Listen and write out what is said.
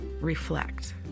reflect